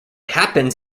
happens